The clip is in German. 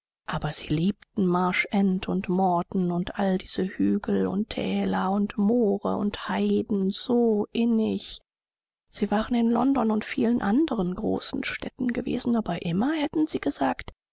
aber sie liebten marsh end und morton und all diese hügel und thäler und moore und haiden so innig sie waren in london und vielen anderen großen städten gewesen aber immer hatten sie gesagt